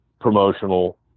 promotional